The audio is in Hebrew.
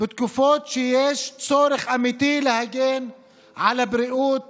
בתקופות שיש צורך אמיתי להגן על הבריאות